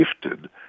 gifted